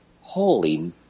holy